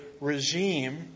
regime